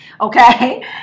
okay